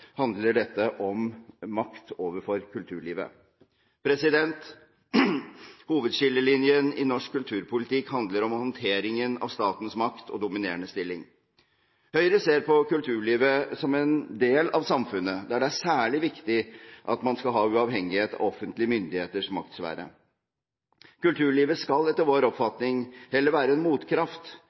handler dette om makt overfor kulturlivet. Hovedskillelinjen i norsk kulturpolitikk handler om håndteringen av statens makt og dominerende stilling. Høyre ser på kulturlivet som en del av samfunnet, der det er særlig viktig at man skal ha uavhengighet av offentlige myndigheters maktsfære. Kulturlivet skal etter vår oppfatning heller være en motkraft,